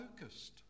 focused